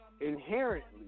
inherently